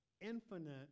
infinite